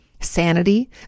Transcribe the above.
sanity